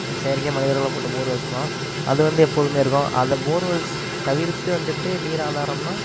செயற்கை மனிதர்கள் போட்ட போர்வெல்ஸ் தான் அது வந்து எப்போதுமே இருக்கும் அந்த போர்வெல்ஸ் தவிர்த்து வந்துட்டு நீர் ஆதாரம்னால்